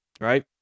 right